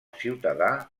ciutadà